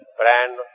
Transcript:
brand